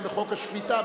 גם בחוק השפיטה,